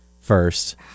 first